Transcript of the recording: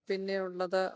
പിന്നെയുള്ളത്